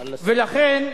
נא לסיים.